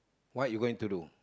what you going to do